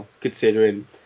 considering